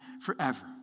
forever